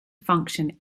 function